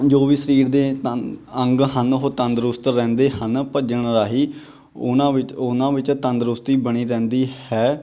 ਜੋ ਵੀ ਸਰੀਰ ਦੇ ਤੰ ਅੰਗ ਹਨ ਉਹ ਤੰਦਰੁਸਤ ਰਹਿੰਦੇ ਹਨ ਭੱਜਣ ਰਾਹੀਂ ਉਹਨਾਂ ਵਿੱਚ ਉਹਨਾਂ ਵਿੱਚ ਤੰਦਰੁਸਤੀ ਬਣੀ ਰਹਿੰਦੀ ਹੈ